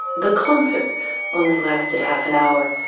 the concert only lasted half an hour,